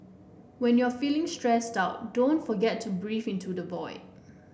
when you are feeling stressed out don't forget to breathe into the void